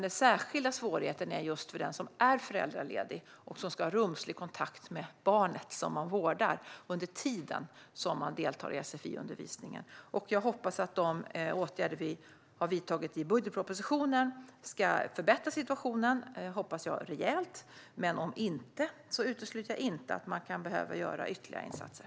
Den särskilda svårigheten är för de som är föräldralediga och som ska ha rumslig kontakt med barnet som vårdas under tiden som de deltar i sfiundervisningen. Jag hoppas att de åtgärder som vi har vidtagit i budgetpropositionen ska förbättra situationen rejält. Men om det inte blir fallet utesluter jag inte att man kan behöva göra ytterligare insatser.